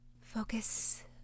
Focus